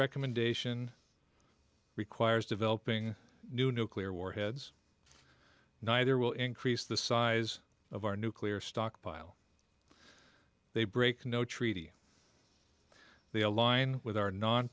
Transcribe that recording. recommendation requires developing new nuclear warheads neither will increase the size of our nuclear stockpile they break no treaty they align with our non